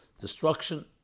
destruction